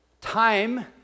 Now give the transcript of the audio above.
Time